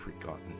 forgotten